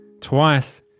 twice